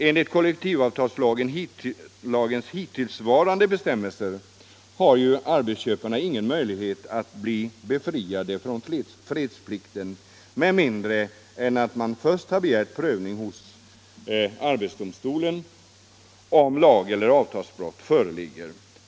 Enligt kollektivavtalslagens hittillsvarande bestämmelser har arbetsköparen ingen möjlighet att bli befriad från fredsplikten med mindre än att han först begärt prövning hos arbetsdomstolen av frågan, om lag 'eller avtalsbrott föreligger.